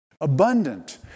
abundant